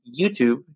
YouTube